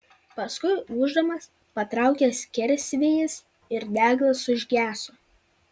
paskui ūždamas patraukė skersvėjis ir deglas užgeso